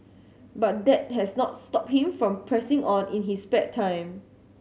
but that has not stopped him from pressing on in his spare time